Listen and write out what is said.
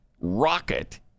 rocket